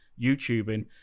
YouTubing